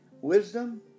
wisdom